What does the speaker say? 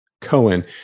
Cohen